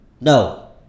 No